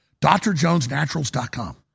DrJonesNaturals.com